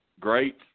great